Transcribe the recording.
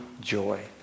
joy